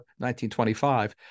1925